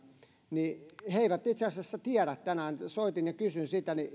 niin he eivät itse asiassa tiedä tänään soitin ja kysyin siitä